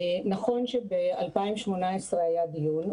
נכון שב-2018 היה דיון,